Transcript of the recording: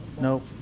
nope